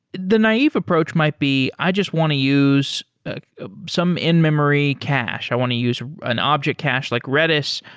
the naive approach might be i just want to use some in-memory cache. i want to use an object cache like redis.